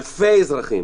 אלפי אזרחי